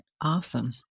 Awesome